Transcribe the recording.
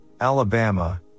Alabama